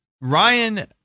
Ryan